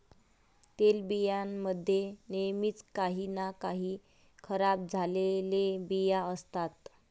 तेलबियां मध्ये नेहमीच काही ना काही खराब झालेले बिया असतात